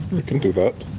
we can do that.